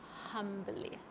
humbly